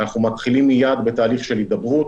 אנחנו מתחילים מייד בתהליך של הידברות